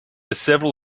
several